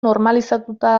normalizatuta